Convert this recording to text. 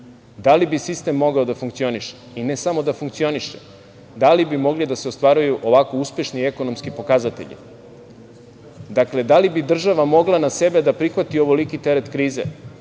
Da li bi sistem mogao da funkcioniše? I ne samo da funkcioniše, da li bi mogli da se ostvaruju ovako uspešni ekonomski pokazatelji? Dakle, da li bi država mogla na sebe da prihvati ovoliki teret krize?